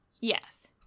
yes